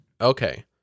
Okay